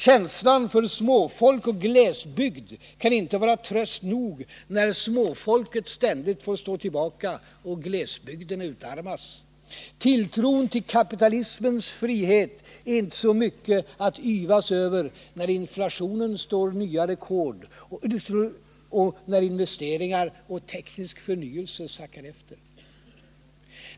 Känslan för småfolk och glesbygd kan inte vara tröst nog när småfolket ständigt får stå tillbaka och glesbygderna utarmas. Tilltron till kapitalismens frihet är inte så mycket att yvas över när inflationen slår nya rekord och när investeringar och teknisk förnyelse sackar efter.